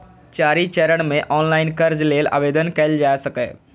चारि चरण मे ऑनलाइन कर्ज लेल आवेदन कैल जा सकैए